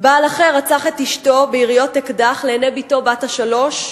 בעל אחר רצח את אשתו ביריות אקדח לעיני בתו בת השלוש,